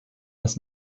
das